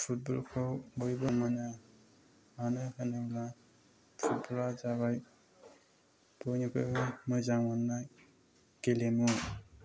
football खौ बयबो मोजां मोनो मानो होनोबा फुटबल आ जाबाय बयनिफ्रायबो मोजां मोननाय गेलेमु